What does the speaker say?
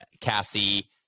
Cassie